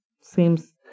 Seems